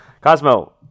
cosmo